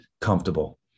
comfortable